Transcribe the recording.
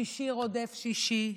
שישי רודף שישי,